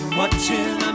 watching